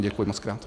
Děkuji mockrát.